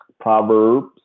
Proverbs